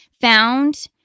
found